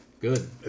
good